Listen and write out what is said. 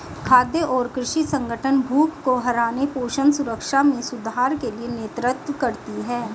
खाद्य और कृषि संगठन भूख को हराने पोषण सुरक्षा में सुधार के लिए नेतृत्व करती है